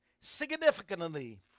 significantly